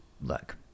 look